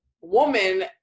woman